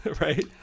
right